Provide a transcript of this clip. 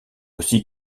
aussi